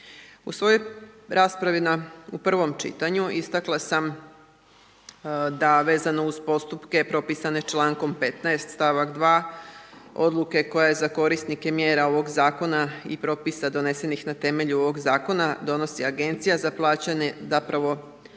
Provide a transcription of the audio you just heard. U svojoj raspravi u prvom čitanju istakla sam da vezano uz postupke propisane čl. 15. st. 2. odluke koja je za korisnike mjera ovog Zakona i propisa donesenih na temelju ovog Zakona, donosi Agencija za plaćanje zapravo